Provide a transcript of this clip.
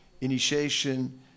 Initiation